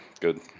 good